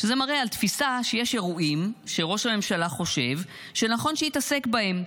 שזה מראה על תפיסה שיש אירועים שראש הממשלה חושב שנכון שיתעסק בהם,